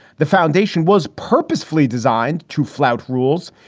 the foundation was purposefully designed to flout rules.